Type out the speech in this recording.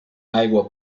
aigua